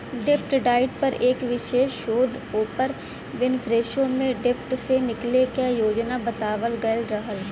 डेब्ट डाइट पर एक विशेष शोध ओपर विनफ्रेशो में डेब्ट से निकले क योजना बतावल गयल रहल